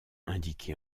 indiqué